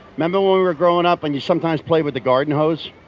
remember when we were growing up, and you sometimes played with the garden hose?